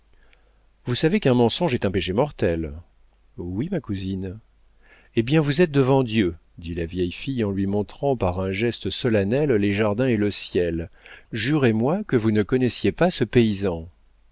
vous savez qu'un mensonge est un péché mortel oui ma cousine hé bien vous êtes devant dieu dit la vieille fille en lui montrant par un geste solennel les jardins et le ciel jurez-moi que vous ne connaissiez pas ce paysan